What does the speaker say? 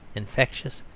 infectious,